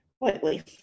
lightly